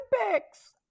Olympics